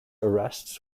arrests